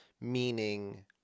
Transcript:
meaning